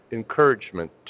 encouragement